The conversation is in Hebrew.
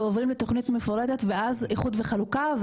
עוברים לתוכנית מפורטת ואז איחוד וחלוקה,